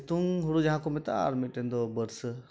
ᱥᱤᱛᱩᱝ ᱦᱳᱲᱳ ᱡᱟᱦᱟᱸ ᱠᱚ ᱢᱮᱛᱟᱜᱼᱟ ᱟᱨ ᱢᱤᱫᱴᱮᱱ ᱫᱚ ᱵᱟᱹᱨᱥᱟᱹ